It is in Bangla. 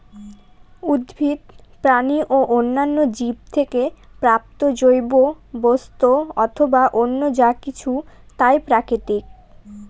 উদ্ভিদ, প্রাণী ও অন্যান্য জীব থেকে প্রাপ্ত জৈব বস্তু অথবা অন্য যা কিছু তাই প্রাকৃতিক